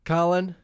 Colin